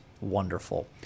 wonderful